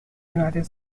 united